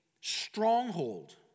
stronghold